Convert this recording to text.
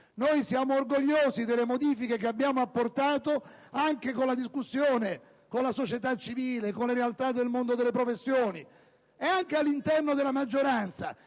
Noi siamo orgogliosi delle modifiche che abbiamo apportato anche con la discussione con la società civile, con le realtà del mondo delle professioni e financo all'interno della maggioranza,